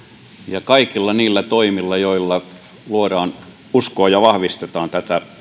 ja kaikilla niillä toimilla joilla luodaan uskoa ja vahvistetaan